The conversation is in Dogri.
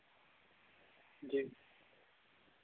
जी